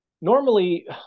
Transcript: normally